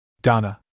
Donna